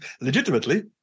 Legitimately